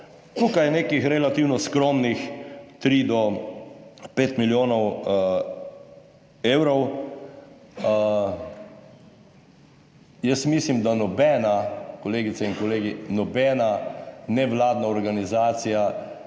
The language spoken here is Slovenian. Tukaj je nekih relativno skromnih 3 do 5 milijonov evrov, a jaz mislim, da nobena, kolegice in kolegi, nobena nevladna organizacija